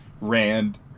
Rand